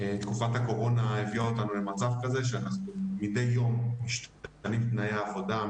תקופת הקורונה הביאה אותנו למצב כזה שמדי יום משתנים תנאי העבודה,